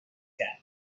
کرد